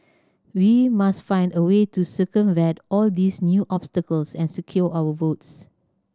we must find a way to circumvent all these new obstacles and secure our votes